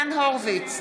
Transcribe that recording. הורוביץ,